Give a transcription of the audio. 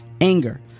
anger